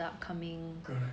correct